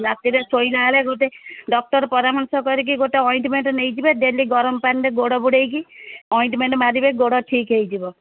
ରାତିରେ ଶୋଇଲା ବେଳେ ଗୋଟେ ଡକ୍ଟର ପରାର୍ମଶ କରିକି ଗୋଟେ ଅଏଟ୍ମେଣ୍ଟ ନେଇଯିବେ ଡେଲି ଗରମ ପାଣିରେ ଗୋଡ଼ ବୁଢ଼େଇକି ଅଏଟ୍ମେଣ୍ଟ ମାରିବେ ଗୋଡ଼ ଠିକ୍ ହୋଇଯିବ